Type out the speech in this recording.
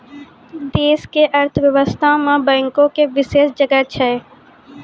देश के अर्थव्यवस्था मे बैंको के विशेष जगह छै